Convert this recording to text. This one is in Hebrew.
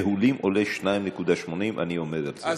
מהולים, עולים 2.8. אני עומד על זה.